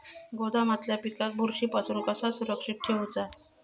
गोदामातल्या पिकाक बुरशी पासून कसा सुरक्षित ठेऊचा?